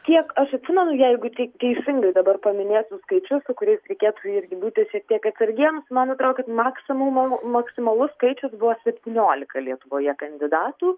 kiek aš atsimenu jeigu tik teisingai dabar paminėsiu skaičius su kuriais reikėtų irgi būti šiek tiek atsargiems man atrodo kad maksimumo maksimalus skaičius buvo septyniolika lietuvoje kandidatų